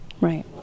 right